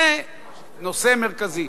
זה נושא מרכזי.